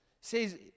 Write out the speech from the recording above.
says